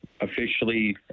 officially